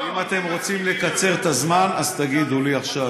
אם אתם רוצים לקצר את הזמן, תגידו לי עכשיו.